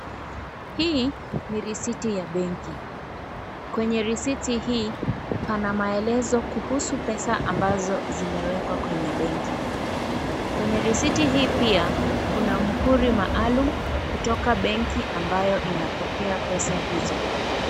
Hii ni risiti ya benki, kwenye risiti hii pana maelezo kuhusu pesa pesa ambazo zimewekwa kwenye benki, kwenye risiti hii pia kuna muhuri maalum kutoka benki ambayo inapokea pesa hizo.